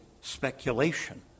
speculation